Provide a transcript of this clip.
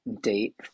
date